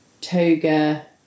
toga